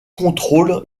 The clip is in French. contrôle